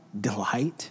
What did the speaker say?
delight